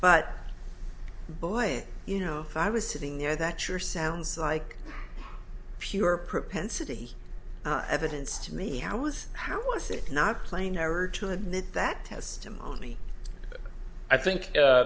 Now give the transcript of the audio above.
but boy you know if i was sitting there that sure sounds like pure propensity evidence to me how was how was it not play never to admit that testimony i think